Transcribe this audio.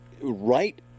right